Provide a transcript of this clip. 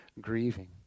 grieving